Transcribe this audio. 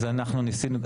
אז אנחנו ניסינו.